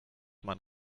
man